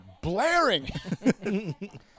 blaring